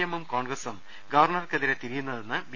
എമ്മും കോൺഗ്രസും ഗവർണർക്കെതിരെ തിരിയുന്നതെന്ന് ബി